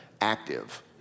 active